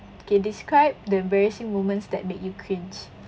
okay describe the embarrassing moments that make you cringe